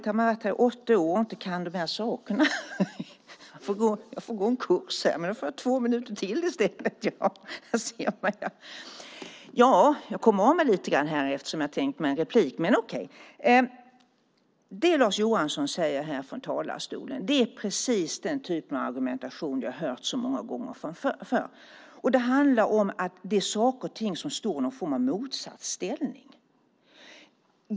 Herr talman! Jag kom av mig lite grann, eftersom jag tänkt mig ett replikskifte, men okej! Det Lars Johansson säger i talarstolen är precis den typ av argumentation vi har hört så många gånger förr. Det handlar om att saker och ting skulle stå i någon form av motsatsställning.